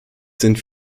sind